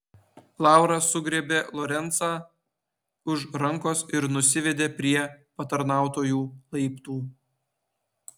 laura sugriebė lorencą už rankos ir nusivedė prie patarnautojų laiptų